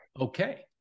okay